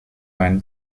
run